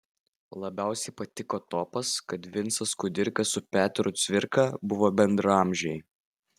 labiausiai patiko topas kad vincas kudirka su petru cvirka buvo bendraamžiai